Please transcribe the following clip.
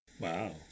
Wow